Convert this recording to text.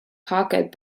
pocket